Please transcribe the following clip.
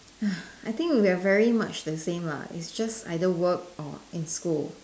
I think we are very much the same lah either just work or in school